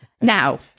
Now